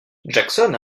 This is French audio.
jackson